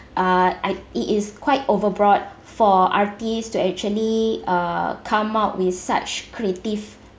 uh I it is quite overboard for artists to actually uh come up with such creative